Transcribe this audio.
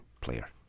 player